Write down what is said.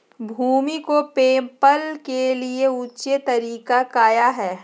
भूमि को मैपल के लिए ऊंचे तरीका काया है?